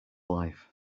life